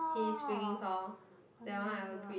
he's freaking tall that one I agree